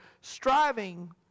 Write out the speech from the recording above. striving